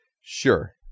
Sure